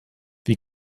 wie